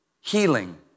Healing